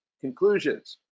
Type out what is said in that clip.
conclusions